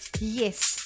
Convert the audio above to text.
Yes